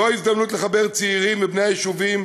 זו ההזדמנות לחבר צעירים בכלל ובני היישובים